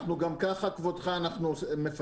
אנחנו גם ככה מפקחים,